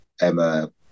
Emma